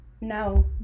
No